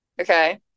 Okay